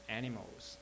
animals